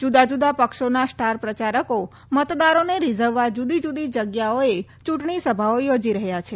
જુદા જુદા પક્ષોના સ્ટાર પ્રચારકો મતદારોને રીઝવવા જુદી જુદી જગ્યાઓએ ચૂંટણી સભાઓ યોજી રહ્યા છે